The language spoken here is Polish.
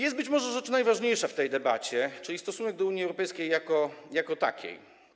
Jest być może rzecz najważniejsza w tej debacie, czyli stosunek do Unii Europejskiej jako takiej.